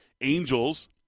Angels